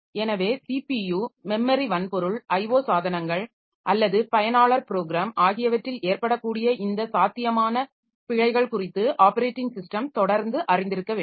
எனவே CPU memory வன்பொருள் IO சாதனங்கள் அல்லது பயனாளர் ப்ரோகிராம் ஆகியவற்றில் ஏற்படக்கூடிய இந்த சாத்தியமான பிழைகள் குறித்து ஆப்பரேட்டிங் ஸிஸ்டம் தொடர்ந்து அறிந்திருக்க வேண்டும்